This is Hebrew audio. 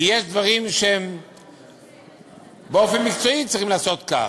כי יש דברים שבאופן מקצועי צריכים לעשות כך,